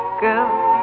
girl